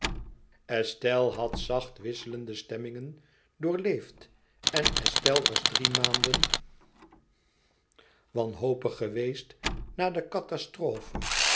estelle had zacht wisselende stemmingen doorleefd en estelle was drie maanden wanhopig geweest na de catastrofe